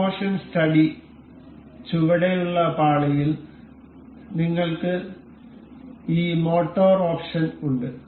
in motion study ചുവടെയുള്ള പാളിയിൽ നിങ്ങൾക്ക് ഈ മോട്ടോർ ഓപ്ഷൻ ഉണ്ട്